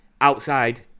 outside